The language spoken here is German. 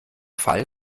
fall